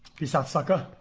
peace out sucker